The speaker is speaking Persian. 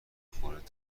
خورده